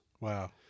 Wow